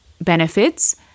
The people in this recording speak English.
benefits